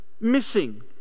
missing